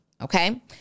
Okay